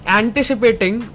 anticipating